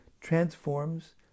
transforms